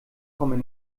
kommen